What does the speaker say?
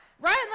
Ryan